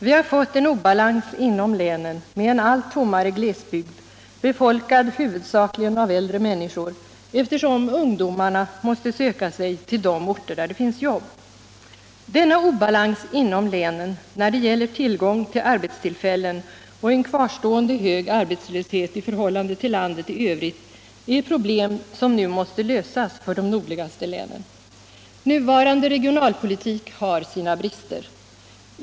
Vi har fått en obalans inom länen med en allt tommare glesbygd. befolkad huvudsakligen av äldre människor, eftersom ungdomarna måste söka sig till de orter där det finns jobb. Denna obalans inom länen när det gäller tillgång till arbetstillfällen och en kvarstående hög arbetslöshet i förhållande till landet i övrigt skapar problem som nu måste lösas för de nordligaste länen. Nuvarande regionalpolitik har sina brister.